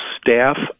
staff